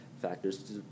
factors